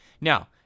Now